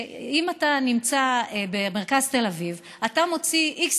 אם אתה נמצא במרכז תל אביב אתה מוציא x